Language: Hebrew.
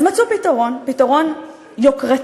אז מצאו פתרון, פתרון יוקרתי,